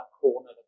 corner